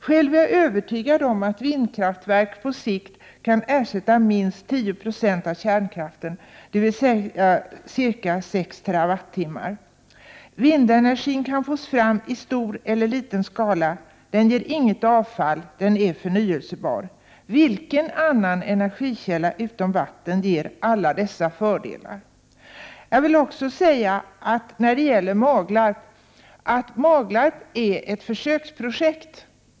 Själv är jag övertygad om att vindkraftverk på sikt kan ersätta minst 10 96 av kärnkraften, dvs. ca 6 TWh. Vindenergin kan fås fram i stor eller liten skala, den ger inget avfall och den är förnyelsebar. Vilken annan energikälla utom vatten ger alla dessa fördelar? Jag vill också säga att Maglarp är ett försöksprojekt.